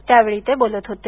त्यावेळी ते बोलत होते